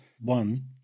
one